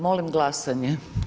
Molim glasanje.